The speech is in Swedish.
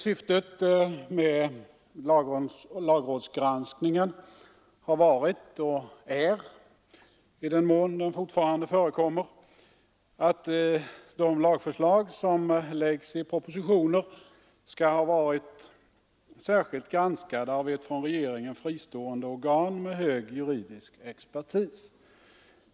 Syftet med lagrådsgranskningen har varit och är — i den mån den fortfarande förekommer — att de lagförslag som framställs i propositioner skall ha varit särskilt granskade av ett från regeringen fristående organ med hög juridisk expertis.